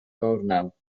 gornel